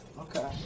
okay